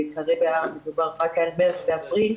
שכרגע מדובר רק על מרץ ואפריל,